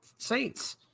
Saints